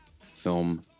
film